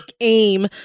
Aim